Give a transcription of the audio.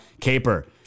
caper